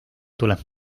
tuleb